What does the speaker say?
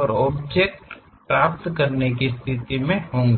और ऑब्जेक्ट प्राप्त करने की स्थिति मे होंगे